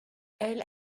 elle